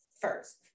first